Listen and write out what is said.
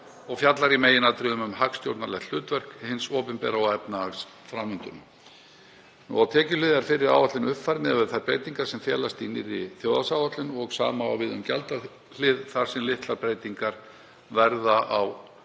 og fjallar í meginatriðum um hagstjórnarlegt hlutverk hins opinbera og efnahagsframvinduna. Á tekjuhlið er fyrri áætlun uppfærð miðað við þær breytingar sem felast í nýrri þjóðhagsáætlun og sama á við um gjaldahlið þar sem litlar breytingar verða á